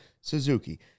suzuki